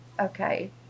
okay